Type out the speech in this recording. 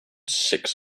six